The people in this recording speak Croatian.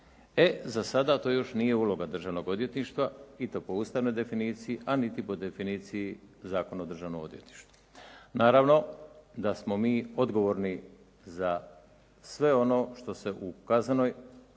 E za sada to još nije uloga Državnog odvjetništva i to po ustavnoj definiciji, a niti po definiciji Zakona o Državnom odvjetništvu. Naravno da smo mi odgovorni za sve ono što se u kaznenoj